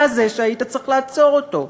אתה זה שהיית צריך לעצור אותו,